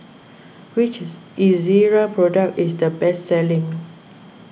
which Ezerra product is the best selling